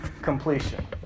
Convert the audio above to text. completion